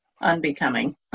unbecoming